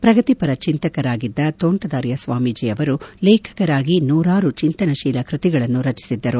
ಪ್ರಗತಿಪರ ಚೆಂತಕರಾಗಿದ್ದ ತೋಂಟದಾರ್ಯ ಸ್ವಾಮೀಜಿ ಅವರು ಲೇಖಕರಾಗಿ ನೂರಾರು ಚಿಂತನಶೀಲ ಕೃತಿಗಳನ್ನು ರಚಿಸಿದ್ದರು